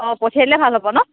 অঁ পঠিয়াই দিলে ভাল হ'ব ন